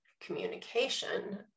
communication